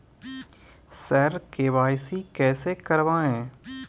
sir KYC कैसे करवाएं